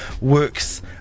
works